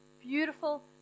Beautiful